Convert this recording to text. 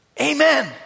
Amen